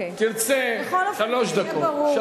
אם תרצה, שלוש דקות.